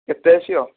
କେତେ ଆସିବ